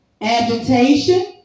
Agitation